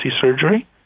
surgery